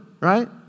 right